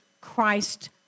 Christ